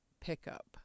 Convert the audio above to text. pickup